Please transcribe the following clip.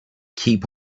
keep